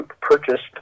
purchased